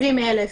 70,000,